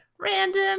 Random